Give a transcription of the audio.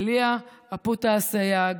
אליה אפוטה אסייג,